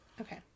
Okay